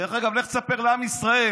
דרך אגב, לך תספר לעם ישראל